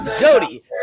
Jody